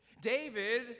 David